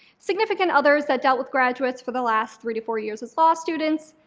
significant others that dealt with graduates for the last three to four years as law students,